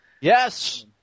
yes